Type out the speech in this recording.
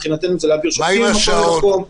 מבחינתנו זה להעביר שופטים ממקום למקום,